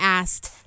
asked